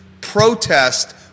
protest